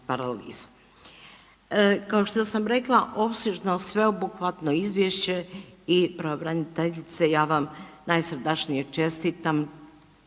paralizom. Kao što sam rekla, opsežno, sveobuhvatno izvješće i pravobraniteljice, ja vam najsrdačnije čestitam